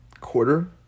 Quarter